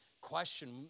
question